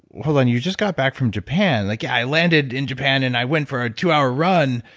hold on. you just got back from japan. like, i landed in japan and i went for a two-hour run.